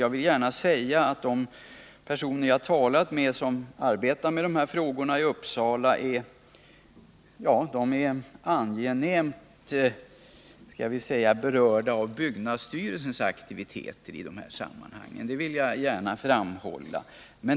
Jag vill gärna säga att personer som jag talat med och som arbetar med de här frågorna i Uppsala är angenämt berörda av byggnadsstyrelsens aktiviteter i dessa sammanhang.